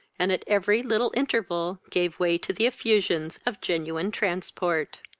and at every little interval gave way to the effusions of genuine transport.